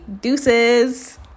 deuces